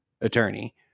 attorney